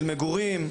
של מגורים.